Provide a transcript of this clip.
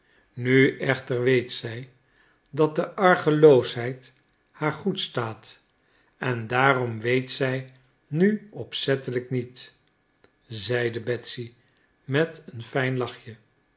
nu echter weet zij dat de argeloosheid haar goed staat en daarom weet zij nu opzettelijk niet zeide betsy met een fijn lachje